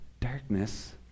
Darkness